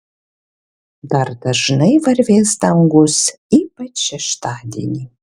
dar dažnai varvės dangus ypač šeštadienį